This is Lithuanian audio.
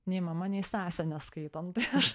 nei mama nei sesė neskaitom tai aš